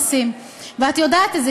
ואת יודעת את זה,